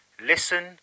listen